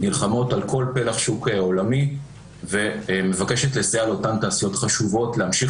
נלחמות על כל פלח שוק עולמי ומבקשת לסייע לאותן תעשיות חשובות להמשיך